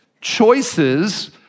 choices